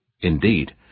Indeed